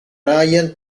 ryan